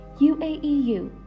UAEU